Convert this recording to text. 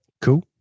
Cool